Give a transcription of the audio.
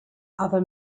other